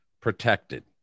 protected